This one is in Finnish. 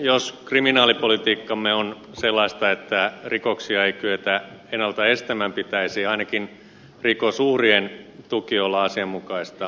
jos kriminaalipolitiikkamme on sellaista että rikoksia ei kyetä ennalta estämään pitäisi ainakin rikoksen uhrien tuen olla asianmukaista